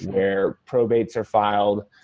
their probate are filed.